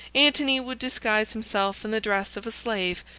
antony would disguise himself in the dress of a slave,